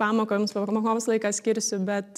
pamokoms popamokoms laiką skirsiu bet